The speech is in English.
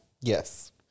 Yes